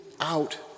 out